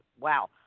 Wow